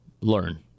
learn